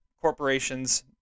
corporations